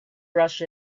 rush